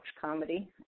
comedy